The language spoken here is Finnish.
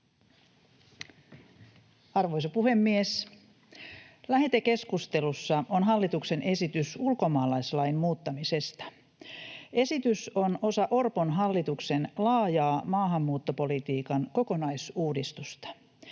Arvoisa puhemies! Lähetekeskustelussa on hallituksen esitys ulkomaalaislain muuttamisesta. Esitys on osa Orpon hallituksen laajaa maahanmuuttopolitiikan kokonaisuudistusta.